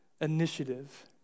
initiative